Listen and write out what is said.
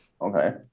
Okay